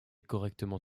correctement